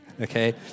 okay